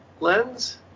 lens